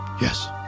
Yes